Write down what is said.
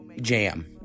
jam